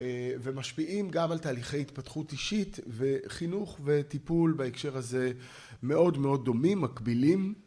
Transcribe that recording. ומשפיעים גם על תהליכי התפתחות אישית וחינוך וטיפול בהקשר הזה מאוד מאוד דומים, מקבילים,